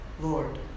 Lord